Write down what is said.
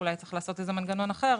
אולי צריך לעשות איזה מנגנון אחר.